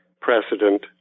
precedent